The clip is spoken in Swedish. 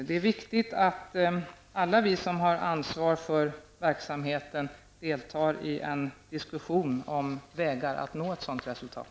Det är viktigt att alla vi som har ansvar för verksamheten deltar i en diskussion om vägar att nå ett sådant resultat.